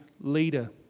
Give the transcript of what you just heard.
leader